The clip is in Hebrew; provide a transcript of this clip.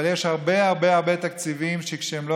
אבל יש הרבה הרבה הרבה תקציבים שכשלא